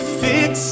fix